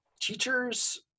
teacher's